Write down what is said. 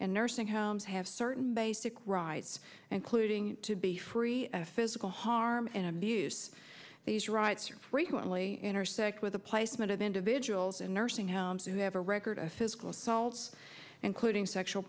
and nursing homes have certain basic rights and clued ng to be free of physical harm and abuse these rights are frequently intersect with the placement of individuals in nursing homes who have a record of physical assaults including sexual